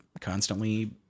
constantly